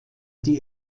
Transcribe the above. die